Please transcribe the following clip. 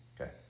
Okay